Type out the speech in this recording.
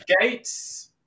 Gates